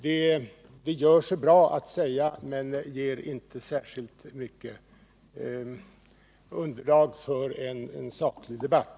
Det gör sig visserligen bra att säga så som dessa talare har gjort, men det ger inte särskilt mycket underlag för en saklig debatt.